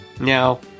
now